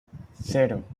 cero